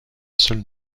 seule